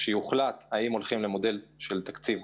כשיוחלט האם הולכים למודל חד-שנתי,